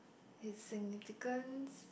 it's significance